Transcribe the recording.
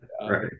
Right